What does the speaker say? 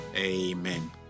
Amen